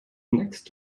next